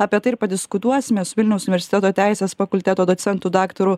apie tai ir padiskutuosime su vilniaus universiteto teisės fakulteto docentu daktaru